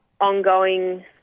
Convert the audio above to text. ongoing